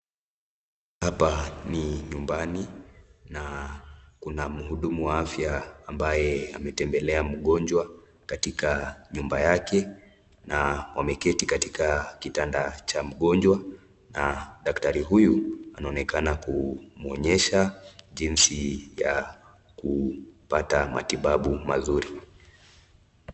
Hapa ni nyumbani na Kuna mhudumu wa afya ambaye amemtembelea mgonjwa katika nyumba yake na wameketi katika kitanda cha mgonjwa na daktari huyu anaonekana kumuonyesha jinsi ya kupata matibabu mazuri.